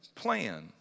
plan